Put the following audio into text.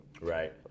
Right